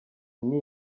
nti